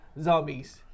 Zombies